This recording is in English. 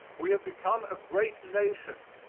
we have become a great nation,